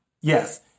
Yes